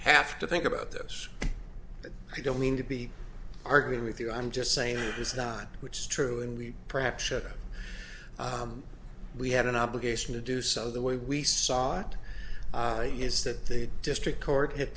have to think about this i don't mean to be arguing with you i'm just saying it's not which is true and we perhaps said we had an obligation to do so the way we saw it is that the district court had